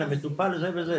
למטופל זה וזה,